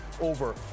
over